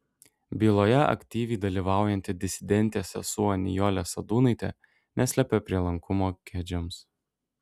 byloje aktyviai dalyvaujanti disidentė sesuo nijolė sadūnaitė neslepia prielankumo kedžiams